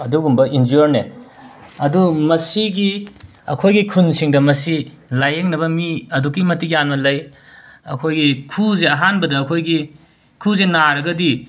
ꯑꯗꯨꯒꯨꯝꯕ ꯏꯟꯖꯣꯔꯅꯦ ꯑꯗꯨ ꯃꯁꯤꯒꯤ ꯑꯩꯈꯣꯏꯒꯤ ꯈꯨꯟꯁꯤꯡꯗ ꯃꯁꯤ ꯂꯥꯌꯦꯡꯅꯕ ꯃꯤ ꯑꯗꯨꯛꯀꯤ ꯃꯇꯤꯛ ꯌꯥꯝꯅ ꯂꯩ ꯑꯩꯈꯣꯏꯒꯤ ꯈꯨꯁꯦ ꯑꯍꯥꯟꯕꯗ ꯑꯩꯈꯣꯏꯒꯤ ꯈꯨꯁꯦ ꯅꯥꯔꯒꯗꯤ